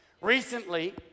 Recently